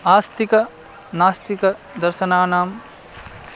आस्तिकनास्तिकदर्शनानाम्